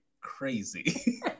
crazy